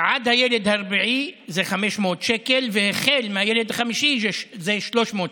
שעד הילד הרביעי זה 500 שקל והחל מהילד החמישי זה 300 שקל.